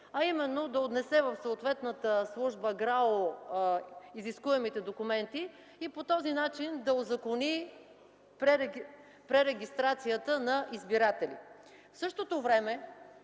а именно да отнесе в съответната служба ГРАО изискуемите документи и по този начин да узакони пререгистрацията на избирателите. В същото време